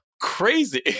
crazy